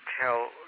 tell